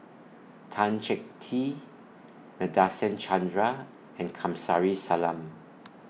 Tan Chee Teck T Nadasen Chandra and Kamsari Salam